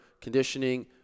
conditioning